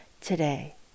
today